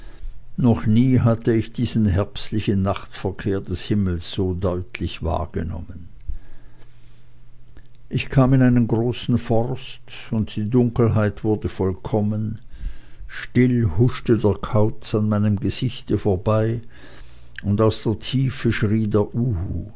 noch nie hatte ich diesen herbstlichen nachtverkehr des himmels so deutlich wahrgenommen ich kam in einen großen forst und die dunkelheit wurde vollkommen still huschte der kauz an meinem gesichte vorüber und aus der tiefe schrie der